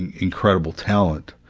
and incredible talent,